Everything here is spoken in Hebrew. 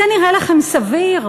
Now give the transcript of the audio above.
זה נראה לכם סביר?